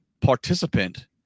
participant